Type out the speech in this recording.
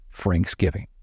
Franksgiving